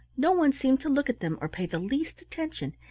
no one seemed to look at them or pay the least attention,